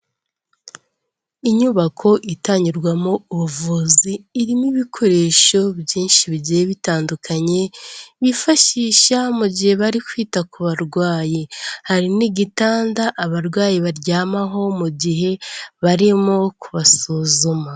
Inyubako itangirwamo ubuvuzi irimo ibikoresho byinshi bigiye bitandukanye bifashisha mu gihe bari kwita ku barwayi, hari n'igitanda abarwayi baryamaho mu gihe barimo kubasuzuma.